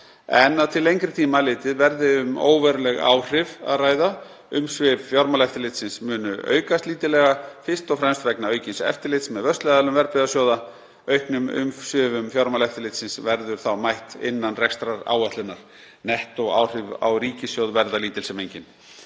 en að til lengri tíma litið verði um óveruleg áhrif að ræða. Umsvif Fjármálaeftirlitsins munu aukast, fyrst og fremst vegna aukins eftirlits með vörsluaðilum verðbréfasjóða. Auknum umsvifum Fjármálaeftirlitsins verður mætt innan rekstraráætlunar. Nettóáhrif á ríkissjóð verða lítil sem engin.